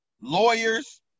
lawyers